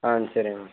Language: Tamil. ஆ சரிங்க மேடம்